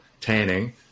tanning